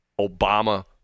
Obama